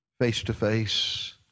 face-to-face